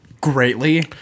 greatly